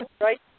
right